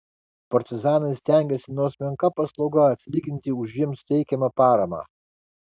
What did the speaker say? partizanai stengėsi nors menka paslauga atsilyginti už jiems teikiamą paramą